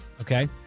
Okay